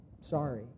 Sorry